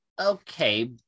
Okay